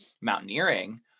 mountaineering